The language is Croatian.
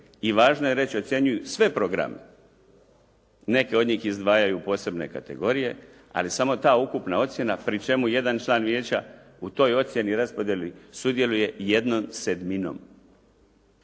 i važno je reći ocjenjuju sve programe. Neke od njih izdvajaju u posebne kategorije ali samo ta ukupna ocjena pri čemu jedan član vijeća u toj ocjeni i raspodjeli sudjeluje jednom sedminom,